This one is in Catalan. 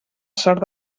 sort